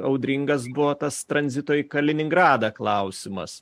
audringas buvo tas tranzito į kaliningradą klausimas